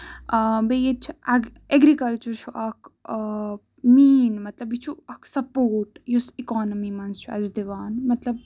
آ بیٚیہِ چھُ ییٚتہِ چھُ اٮ۪گرِکَلچر چھُ اکھ مین مطلب یہِ چھُ اکھ سَپوٹ یُس اِکونمی منٛز چھُ اَسہِ دِوان مطلب